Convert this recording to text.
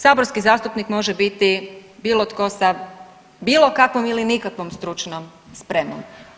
Saborski zastupnik može biti bilo tko sa bilo kakvom ili nikakvom stručnom spremom.